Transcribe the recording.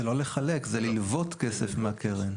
זה לא לחלק, זה ללוות כסף מהקרן.